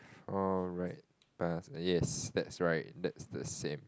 alright pass yes that's right that's the same